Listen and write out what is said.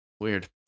Weird